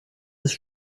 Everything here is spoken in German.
ist